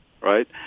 right